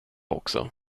också